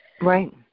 Right